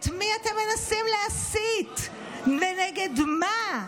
את מי אתם מנסים להסית ונגד מה?